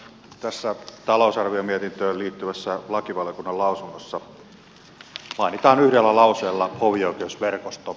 tässä talousarviomietintöön liittyvässä lakivaliokunnan lausunnossa mainitaan yhdellä lauseella hovioikeusverkosto